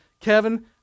Kevin